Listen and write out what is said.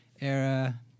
era